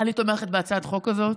אני תומכת בהצעת החוק הזאת.